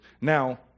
Now